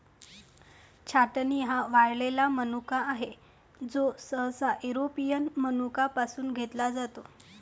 छाटणी हा वाळलेला मनुका आहे, जो सहसा युरोपियन मनुका पासून घेतला जातो